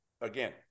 again